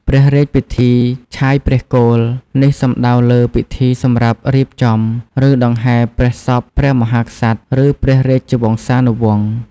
ព្រះរាជពិធីឆាយព្រះគោល នេះសំដៅលើពិធីសម្រាប់រៀបចំ ឬដង្ហែព្រះសពព្រះមហាក្សត្រ ឬព្រះរាជវង្សានុវង្ស។